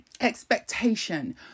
expectation